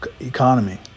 economy